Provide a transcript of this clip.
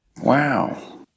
Wow